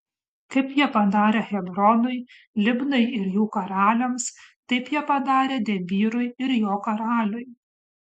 kaip jie padarė hebronui libnai ir jų karaliams taip jie padarė debyrui ir jo karaliui